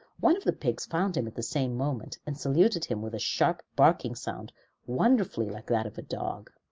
one of the pigs found him at the same moment and saluted him with a sharp, barking sound wonderfully like that of a dog.